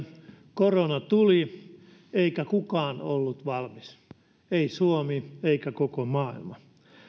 korona tuli eikä kukaan ollut valmis ei suomi eikä koko maailma